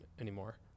anymore